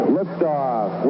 Liftoff